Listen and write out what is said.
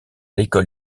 l’école